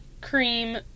cream